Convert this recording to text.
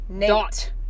dot